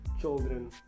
children